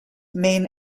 main